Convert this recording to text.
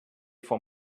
for